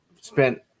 spent